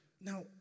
Now